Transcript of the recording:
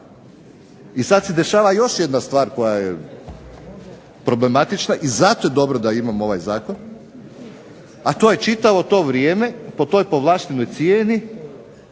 I sada se dešava još jedna stvar koja je problematična i zato je dobro da imamo ovaj zakon, a to je da čitavo to vrijeme po toj povlaštenoj cijeni